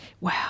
Wow